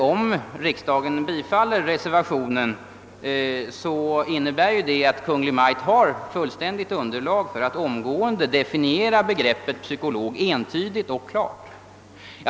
Om riksdagen bifaller reservationen innebär detta att Kungl. Maj:t har fullständigt underlag för att omgående definiera begreppet psykolog entydigt och klart.